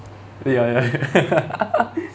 ya ya